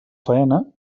faena